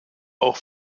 auch